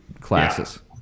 classes